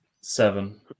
Seven